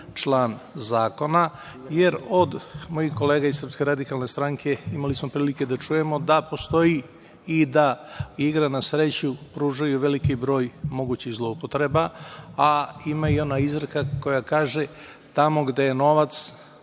član zakona, jer od mojih kolega iz SRS imali smo prilike da čujemo da postoji i da igre na sreću pružaju veliki broj mogućih zloupotreba, a ima i ona izreka koja kaže – tamo gde je novac,